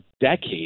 decades